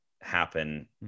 happen